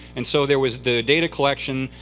and so there was the data collection,